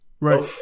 Right